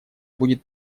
будет